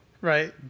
Right